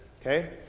okay